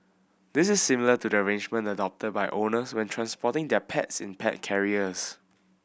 this is similar to the arrangement adopted by owners when transporting their pets in pet carriers